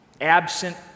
absent